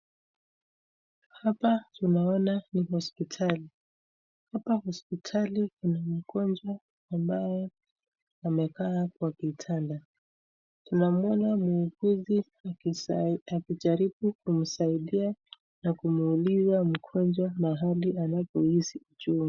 Hapa tunaona ni hospitali. Hapa hospitali kuna mgonjwa ambaye amekaa kwa kitanda. Tunamuona muuguzi akijaribu kumsaidia na kumuuliza mgonjwa mahali anapohisi uchungu.